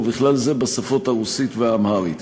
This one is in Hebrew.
ובכלל זה בשפות הרוסית והאמהרית.